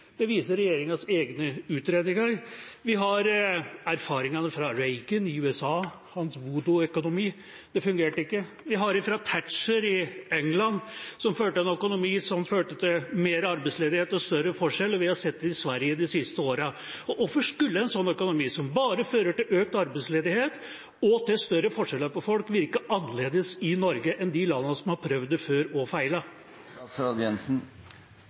Det viser regjeringens egne utregninger. Vi har erfaringene fra Reagan i USA – hans voodoo-økonomi. Det fungerte ikke. Vi har fra Thatcher i England, som førte en økonomi som førte til mer arbeidsledighet og større forskjeller. Og vi har sett det i Sverige de siste årene. Hvorfor skulle en økonomi som bare fører til økt arbeidsledighet og større forskjeller for folk, virke annerledes i Norge enn de landene som har prøvd det før og feilet? Jeg skjønner at Arbeiderpartiet er mot å